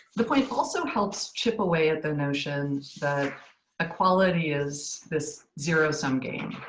the point also helps chip away at the notion that equality is this zero sum game.